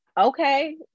okay